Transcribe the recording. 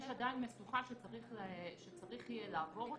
יש עדיין משוכה שצריך יהיה לעבור אותה.